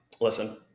Listen